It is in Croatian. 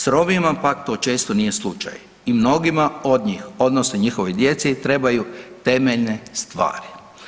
S Romima to pak često nije slučaj i mnogima od njih odnosno njihovoj djeci trebaju temeljne stvari.